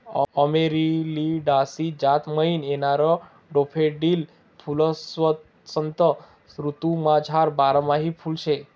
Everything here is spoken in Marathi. अमेरिलिडासी जात म्हाईन येणारं डैफोडील फुल्वसंत ऋतूमझारलं बारमाही फुल शे